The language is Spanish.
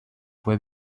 fue